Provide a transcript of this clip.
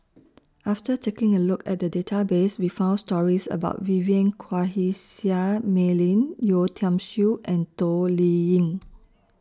after taking A Look At The Database We found stories about Vivien Quahe Seah Mei Lin Yeo Tiam Siew and Toh Liying